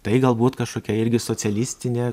tai galbūt kažkokia irgi socialistinė